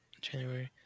January